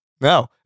No